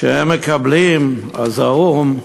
שהם מקבלים, הזעום,